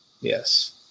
Yes